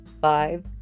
five